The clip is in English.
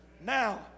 Now